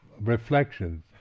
reflections